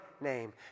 name